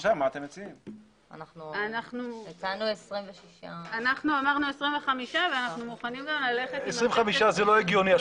אנחנו אמרנו 25 ואנחנו מוכנים גם ללכת --- 25 זה לא הגיוני.